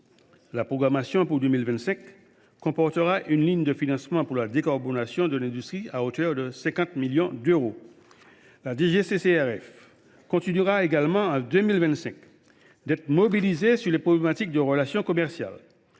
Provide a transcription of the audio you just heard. la programmation pour 2025 comportera une ligne de financement pour la décarbonation de l’industrie de 50 millions d’euros. La DGCCRF continuera également, en 2025, d’être mobilisée sur les problématiques de relations commerciales.